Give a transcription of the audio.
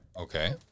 Okay